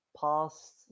past